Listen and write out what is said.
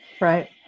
Right